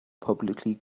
publicly